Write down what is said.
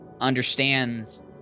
understands